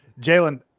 jalen